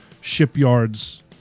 shipyards